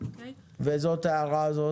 ומה עם ההערה הזאת?